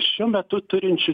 šiuo metu turinčių